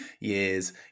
years